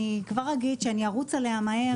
אני כבר אגיד שאני ארוץ עליה מהר.